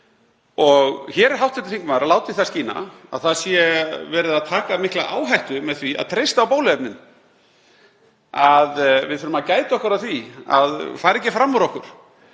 Hér er hv. þingmaður að láta í það skína að verið sé að taka mikla áhættu með því að treysta á bóluefnin, að við þurfum að gæta okkar á því að fara ekki fram úr okkur.